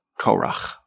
Korach